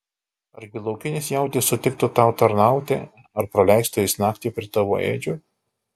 argi laukinis jautis sutiktų tau tarnauti ar praleistų jis naktį prie tavo ėdžių